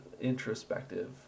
introspective